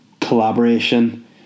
Collaboration